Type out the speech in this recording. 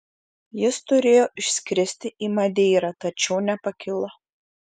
jis turėjo išskristi į madeirą tačiau nepakilo